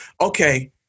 okay